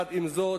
עם זאת,